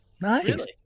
nice